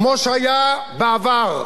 כמו שהיה בעבר: